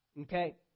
Okay